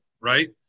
right